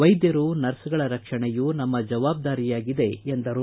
ವೈದ್ಯರು ನರ್ಸ್ಗಳ ರಕ್ಷಣೆಯೂ ನಮ್ಮ ಜವಾಬ್ದಾರಿಯಾಗಿದೆ ಎಂದರು